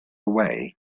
away